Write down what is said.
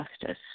Justice